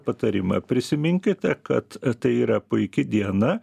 patarimą prisiminkite kad tai yra puiki diena